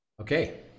Okay